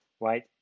right